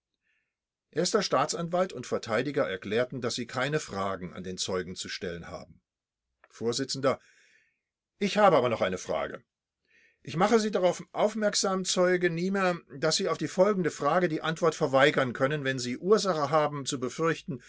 erster staatsanwalt und verteidiger erklärten daß sie keine fragen an den zeugen zu stellen haben vors ich habe aber noch eine frage ich mache sie darauf aufmerksam zeuge niemer daß sie auf die folgende frage die antwort verweigern können wenn sie ursache haben zu befürchten